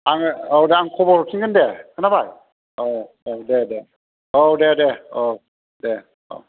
आङो औ दा आं खबर हरफिनगोन दे खोनिबाय औ दे दे औ दे दे औ दे औ